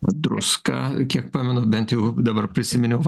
druska kiek pamenu bent jau dabar prisiminiau